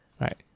right